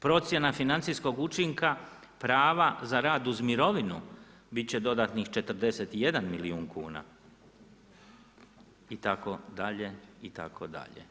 Procjena financijskog učinka prava za rad uz mirovinu bit će dodatnih 41 milijun kuna itd., itd.